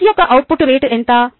S యొక్క output rate ఎంత